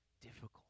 difficult